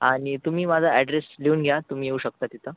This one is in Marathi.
आणि तुम्ही माझा ॲड्रेस लिहून घ्या तुम्ही येऊ शकता तिथं